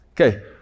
Okay